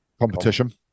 competition